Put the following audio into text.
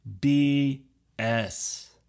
B-S